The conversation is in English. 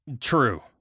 True